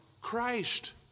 Christ